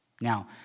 Now